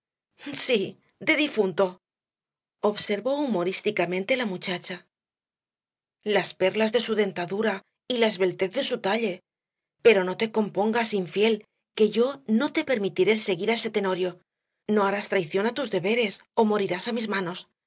sí de difunto observó humorísticamente la muchacha las perlas de su dentadura y la esbeltez de su talle pero no te compongas infiel que yo no te permitiré seguir á ese tenorio no harás traición á tus deberes ó morirás á mis manos